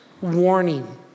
warning